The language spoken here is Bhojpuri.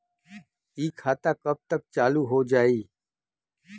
इ खाता कब तक चालू हो जाई?